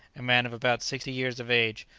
a man of about sixty years of age,